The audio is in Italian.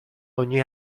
ogni